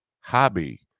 hobby